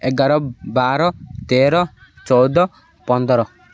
ଏଗାର ବାର ତେର ଚଉଦ ପନ୍ଦର